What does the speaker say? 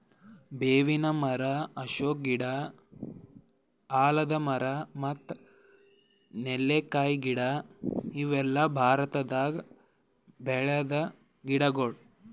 ಬೇವಿನ್ ಮರ, ಅಶೋಕ ಗಿಡ, ಆಲದ್ ಮರ ಮತ್ತ್ ನೆಲ್ಲಿಕಾಯಿ ಗಿಡ ಇವೆಲ್ಲ ಭಾರತದಾಗ್ ಬೆಳ್ಯಾದ್ ಗಿಡಗೊಳ್